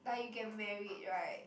like you get married right